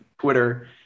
Twitter